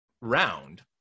round